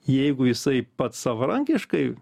jeigu jisai pats savarankiškai